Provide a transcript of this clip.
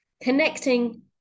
Connecting